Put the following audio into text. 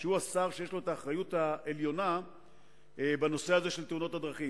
שהוא השר שיש לו האחריות העליונה בנושא של תאונות הדרכים.